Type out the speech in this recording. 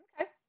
Okay